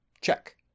Check